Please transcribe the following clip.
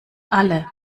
alle